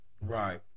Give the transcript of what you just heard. Right